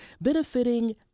benefiting